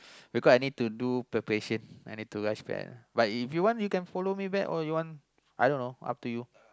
because I need to do preparation I need to rush back but if you want you can follow me back or you want I don't know up to you